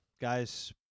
guys